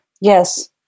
Yes